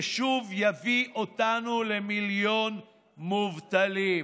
ששוב יביא אותנו למיליון מובטלים.